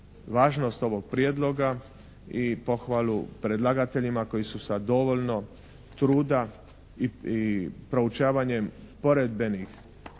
važnost ovog Prijedloga i pohvalu predlagateljima koji su sa dovoljno truda i proučavanjem poredbenih